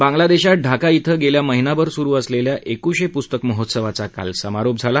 बांगलादेशात ढाका क्रे गेला महिनाभर सुरु असलेला एकुशे पुस्तक महोत्सवाचा काल समारोप झाला